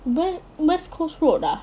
west west coast road ah